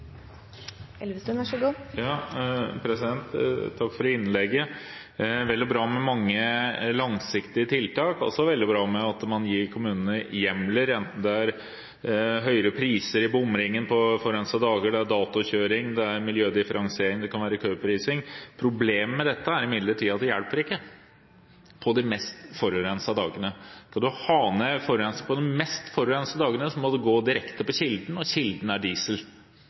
også veldig bra at man gir kommunene hjemler, enten det er høyere priser i bomringen på forurensede dager, datokjøring, miljødifferensiering eller køprising. Problemet med dette er imidlertid at det ikke hjelper på de mest forurensede dagene. Skal man ha ned forurensningen på de mest forurensede dagene, må man gå direkte på kilden, og kilden er diesel.